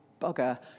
bugger